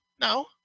No